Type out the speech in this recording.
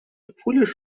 پولش